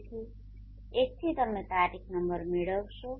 તેથી એકથી તમે તારીખ નંબર મેળવશો